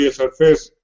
surface